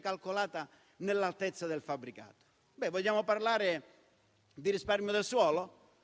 calcolata nell'altezza del fabbricato. Vogliamo parlare di risparmio del suolo?